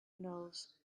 knows